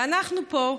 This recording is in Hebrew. ואנחנו פה,